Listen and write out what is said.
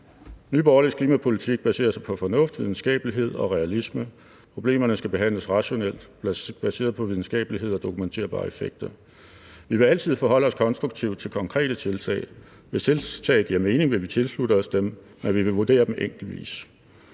Nye Borgerliges klimapolitik baserer sig på fornuft, videnskabelighed og realisme. Problemerne skal behandles rationelt baseret på videnskabelighed og dokumenterbare effekter. Vi vil altid forholde os konstruktivt til konkrete tiltag; hvis tiltag giver mening, vil vi tilslutte os dem, men vi vil vurdere dem enkeltvis.